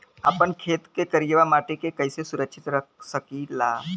आपन खेत के करियाई माटी के कइसे सुरक्षित रख सकी ला?